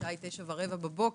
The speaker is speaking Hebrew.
השעה היא 09:15 בבוקר.